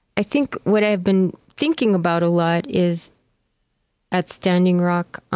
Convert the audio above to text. i think what i've been thinking about a lot is at standing rock,